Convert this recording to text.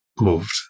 moved